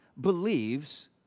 believes